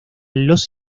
los